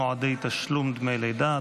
מועדי תשלום דמי לידה),